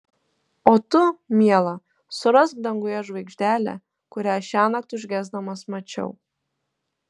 o tu miela surask danguje žvaigždelę kurią šiąnakt užgesdamas mačiau